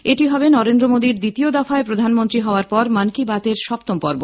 এটি হবে নরেন্দ্র মোদীর দ্বিতীয় দফায় প্রধানমন্ত্রী হওয়ার পর মন কি বাতএর সপ্তম পর্ব